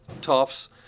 toffs